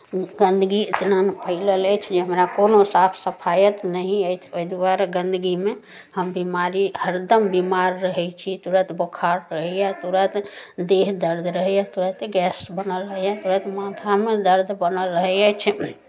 गन्दगी इतना ने फैलल अछि कि हमरा कोनो साफ सफायत नहि अछि ओहि दुआरे गन्दगीमे हम बिमारी हरदम बीमार रहैत छी तुरन्त बोखार रहैए तुरन्त देह दर्द रहैए तुरन्त गैस बनल रहैए तुरन्त माथामे दर्द बनल रहैत अछि